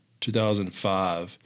2005